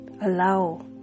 allow